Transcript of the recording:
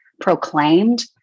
proclaimed